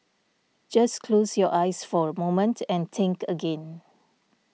just close your eyes for a moment and think again